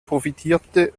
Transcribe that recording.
profitierte